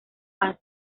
han